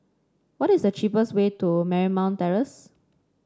what is the cheapest way to Marymount Terrace